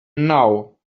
now